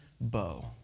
bow